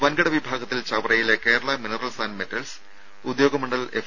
വൻകിട വിഭാഗത്തിൽ ചവറയിലെ Kerala minerals and metals Udyogamandal F